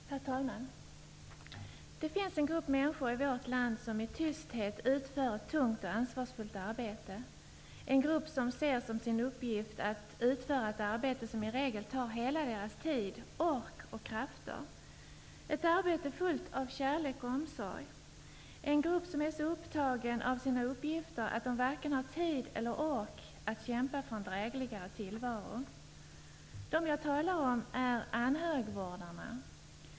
Herr talman! Det finns en grupp människor i vårt land som i tysthet utför ett tungt och ansvarsfullt arbete, en grupp som ser som sin uppgift att utföra ett arbete som i regel tar hela deras tid och alla deras krafter i anspråk. Det är ett arbete fullt av kärlek och omsorg, och dessa människor är så upptagna av sina uppgifter att de varken har tid eller ork att kämpa för en drägligare tillvaro. De som jag talar om är anhörigvårdarna.